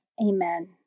Amen